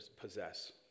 possess